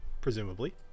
presumably